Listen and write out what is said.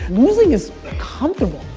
losing is comfortable.